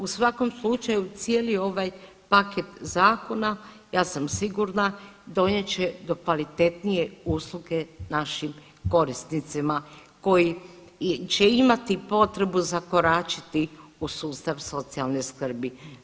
U svakom slučaju cijeli ovaj paket zakona ja sam sigurna donijet će do kvalitetnije usluge našim korisnicima koji će imati potrebu zakoračiti u sustav socijalne skrbi.